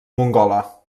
mongola